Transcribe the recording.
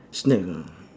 snack ah